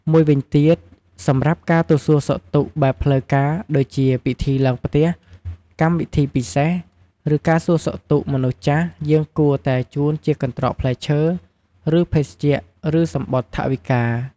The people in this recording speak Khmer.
មួយវិញទៀត សម្រាប់ការទៅសួរសុខទុក្ខបែបផ្លូវការ ដូចជា ពិធីឡើងផ្ទះ កម្មវិធីពិសេស ឬ ការសួរសុខទុក្ខមនុស្សចាស់ យើងគួរតែ ជូនជាកន្ត្រកផ្លែឈើ ឬ ភេសជ្ជៈ ឬ សំបុត្រថវិកា។